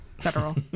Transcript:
Federal